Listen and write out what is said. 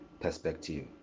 perspective